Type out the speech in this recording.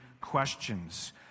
questions